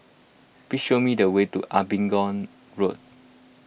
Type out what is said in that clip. please show me the way to Abingdon Road